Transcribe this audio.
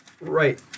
Right